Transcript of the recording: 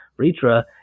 Ritra